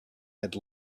had